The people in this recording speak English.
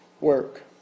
work